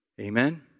Amen